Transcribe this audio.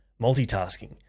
multitasking